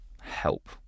help